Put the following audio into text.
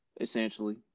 essentially